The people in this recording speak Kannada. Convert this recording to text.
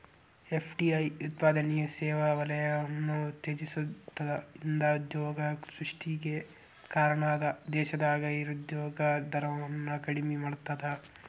ಎಫ್.ಡಿ.ಐ ಉತ್ಪಾದನೆ ಸೇವಾ ವಲಯವನ್ನ ಉತ್ತೇಜಿಸ್ತದ ಇದ ಉದ್ಯೋಗ ಸೃಷ್ಟಿಗೆ ಕಾರಣ ಅದ ದೇಶದಾಗ ನಿರುದ್ಯೋಗ ದರವನ್ನ ಕಡಿಮಿ ಮಾಡ್ತದ